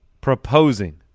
proposing